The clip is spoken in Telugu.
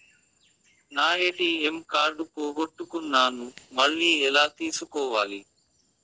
నా ఎ.టి.ఎం కార్డు పోగొట్టుకున్నాను, మళ్ళీ ఎలా తీసుకోవాలి?